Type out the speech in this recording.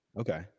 okay